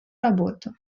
работу